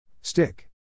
Stick